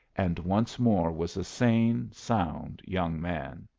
and once more was a sane, sound young man.